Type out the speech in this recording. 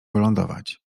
wylądować